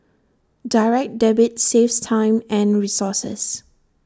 Direct Debit saves time and resources